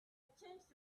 changed